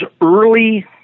early